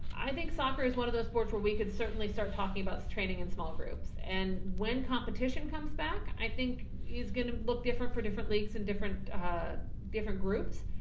i think soccer is one of those sports where we can certainly start talking about, training in small groups and when competition comes back, i think it's gonna look different for different leagues and different ah different groups.